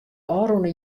ôfrûne